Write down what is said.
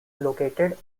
located